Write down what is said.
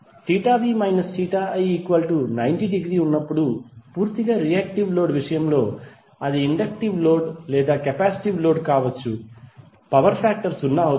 v i90 డిగ్రీ ఉన్నప్పుడు పూర్తిగా రియాక్టివ్ లోడ్ విషయంలో అది ఇండక్టివ్ లోడ్ లేదా కెపాసిటివ్ లోడ్ కావచ్చు పవర్ ఫాక్టర్ 0 అవుతుంది